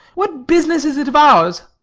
what business is it of ours?